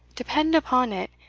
depend upon it,